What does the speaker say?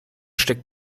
steckt